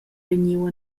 vegniu